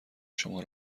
شما